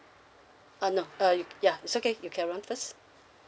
uh no uh yeah it's okay you can run first